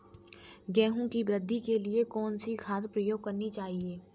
गेहूँ की वृद्धि के लिए कौनसी खाद प्रयोग करनी चाहिए?